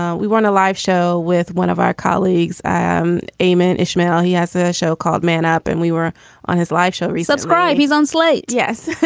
ah we weren't a live show with one of our colleagues, ah um ayman ishmail. he has a show called man up. and we were on his life. show results cry. he's on slate. yes.